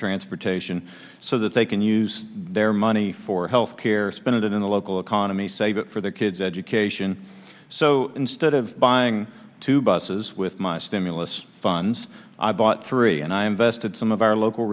transportation so that they can use their money for health care spend it in the local economy save it for their kids education so stead of buying two buses with my stimulus funds i bought three and i invested some of our local